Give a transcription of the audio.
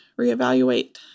reevaluate